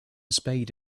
spade